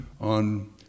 on